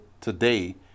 today